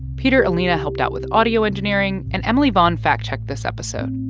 peter elena helped out with audio engineering, and emily vaughn fact-checked this episode.